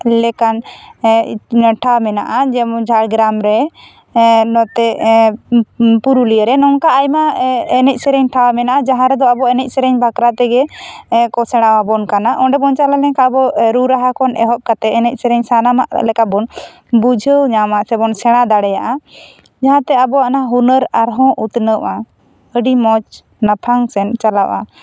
ᱞᱮᱠᱟᱱ ᱴᱷᱟᱣ ᱢᱮᱱᱟᱜᱼᱟ ᱡᱮᱢᱚᱱ ᱡᱷᱟᱲᱜᱨᱟᱢ ᱨᱮ ᱱᱚᱛᱮ ᱯᱩᱨᱩᱞᱤᱭᱟᱹ ᱨᱮ ᱱᱚᱝᱠᱟ ᱟᱭᱢᱟ ᱮᱱᱮᱡ ᱥᱮᱨᱮᱧ ᱴᱷᱟᱣ ᱢᱮᱱᱟᱜᱼᱟ ᱡᱟᱦᱟᱸ ᱨᱮᱫᱚ ᱟᱵᱚ ᱮᱱᱮᱡ ᱥᱮᱨᱮᱧ ᱵᱟᱠᱷᱨᱟ ᱛᱮᱜᱮ ᱠᱚ ᱥᱮᱸᱲᱟ ᱟᱵᱚᱱ ᱠᱟᱱᱟ ᱚᱰᱮᱵᱚᱱ ᱪᱟᱞᱟᱣ ᱞᱮᱱ ᱠᱷᱟᱱ ᱟᱵᱚ ᱨᱩ ᱨᱟᱦᱳ ᱠᱷᱚᱱ ᱮᱦᱚᱵ ᱠᱟᱛᱮ ᱮᱱᱮᱡ ᱥᱮᱨᱮᱧ ᱥᱟᱱᱟᱢᱟᱜ ᱞᱮᱠᱟ ᱵᱚᱱ ᱵᱩᱡᱷᱟᱹᱣ ᱧᱟᱢᱟ ᱥᱮ ᱵᱚᱱ ᱥᱮᱸᱲᱟ ᱫᱟᱲᱮᱭᱟᱜᱼᱟ ᱡᱟᱦᱟᱸ ᱛᱮ ᱟᱵᱚᱭᱟᱜ ᱦᱩᱱᱟᱹᱨ ᱟᱨᱦᱚᱸ ᱩᱛᱱᱟᱹᱣᱜᱼᱟ ᱟᱹᱰᱤ ᱢᱚᱡᱽ ᱞᱟᱯᱷᱟᱝ ᱥᱮᱫ ᱪᱟᱞᱟᱜᱼᱟ